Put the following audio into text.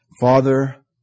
Father